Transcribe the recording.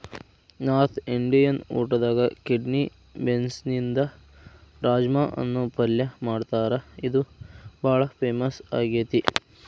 north Indian ಊಟದಾಗ kidney ಬೇನ್ಸ್ನಿಂದ ರಾಜ್ಮಾ ಅನ್ನೋ ಪಲ್ಯ ಮಾಡ್ತಾರ ಇದು ಬಾಳ ಫೇಮಸ್ ಆಗೇತಿ